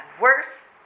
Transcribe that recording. worse